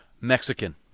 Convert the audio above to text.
Mexican